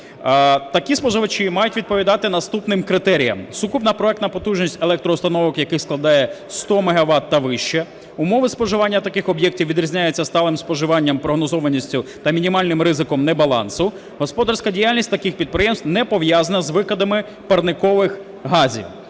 Такі споживачі мають відповідати наступним критеріям. Сукупна проектна потужність електроустановок яких складає 100 мегават та вище, умови споживання таких об’єктів відрізняються сталим споживанням, прогнозованістю та мінімальним ризиком небалансу. Господарська діяльність таких підприємств не пов'язана з викидами парникових газів.